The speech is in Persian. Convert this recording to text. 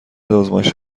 آزمایش